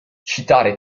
citare